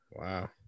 Wow